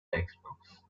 textbooks